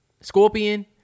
Scorpion